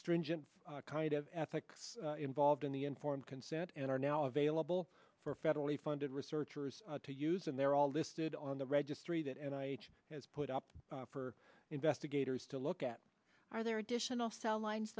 stringent kind of ethics involved in the informed consent and are now available for federally funded researchers to use and they're all listed on the registry that and i has put up for investigators to look at are there additional cell lines